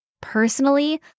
Personally